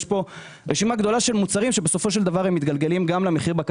יש פה רשימה גדולה של מוצרים שהמחיר שלהם מתגלגל בסופו של דבר לצרכן.